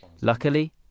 Luckily